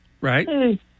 Right